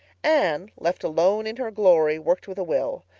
anne, left alone in her glory, worked with a will.